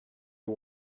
you